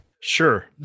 Sure